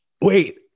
wait